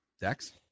Dex